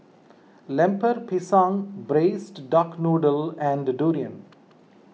Lemper Pisang Braised Duck Noodle and Durian